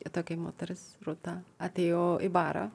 tokia moteris rūta atėjo į barą